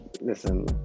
listen